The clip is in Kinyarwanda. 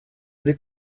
muri